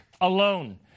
alone